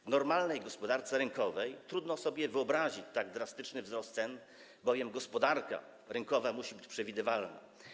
W normalnej gospodarce rynkowej trudno sobie wyobrazić tak drastyczny wzrost cen, bowiem gospodarka rynkowa musi być przewidywalna.